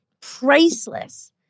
priceless